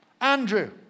Andrew